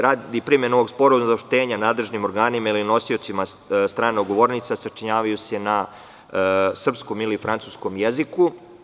Radi primene ovog sporazuma, saopštenja nadležnim organima ili nosiocima strana ugovornica sačinjavaju se na srpskom ili francuskom jeziku.